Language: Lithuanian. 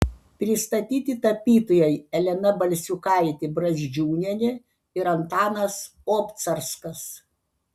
pristatyti tapytojai elena balsiukaitė brazdžiūnienė ir antanas obcarskas